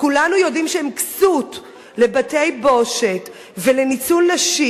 שכולנו יודעים שהם כסות לבתי-בושת ולניצול נשים.